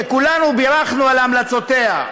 שכולנו בירכנו על המלצותיה.